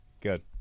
Good